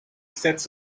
sets